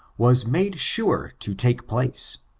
was made sure to take place,